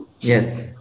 Yes